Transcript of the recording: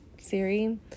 Siri